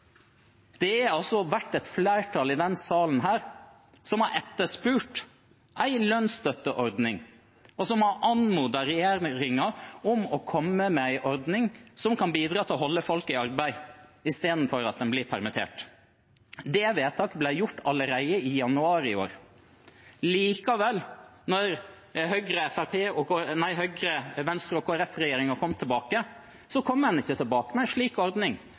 det har altså vært et flertall i denne salen som har etterspurt en lønnsstøtteordning, og som har anmodet regjeringen om å komme med en ordning som kan bidra til å holde folk i arbeid, istedenfor at en blir permittert. Det vedtaket ble gjort allerede i januar i år. Likevel, da Høyre-, Venstre- og Kristelig Folkeparti-regjeringen kom tilbake, så kom en ikke tilbake med en slik ordning.